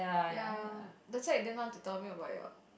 ya the fact that you didn't want to tell me about your